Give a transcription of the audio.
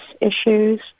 issues